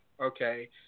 okay